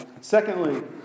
Secondly